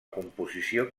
composició